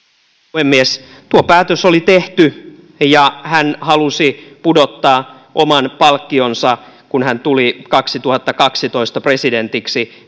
puhemies tuo päätös oli tehty ja hän halusi pudottaa oman palkkionsa kun hän tuli vuonna kaksituhattakaksitoista presidentiksi